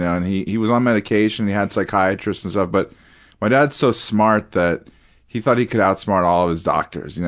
and he he was on medication, he had psychiatrists and stuff, but my dad's so smart that he thought he could outsmart all of his doctors. you know